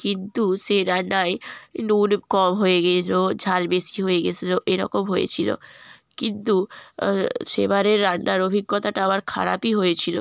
কিন্তু সেই রান্নায় নুন কম হয়ে গিয়েছিল ঝাল বেশি হয়ে গিয়েছিল এরকম হয়েছিল কিন্তু সেবারের রান্নার অভিজ্ঞতাটা আমার খারাপই হয়েছিল